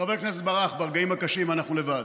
חבר הכנסת ברח, ברגעים הקשים אנחנו לבד.